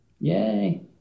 Yay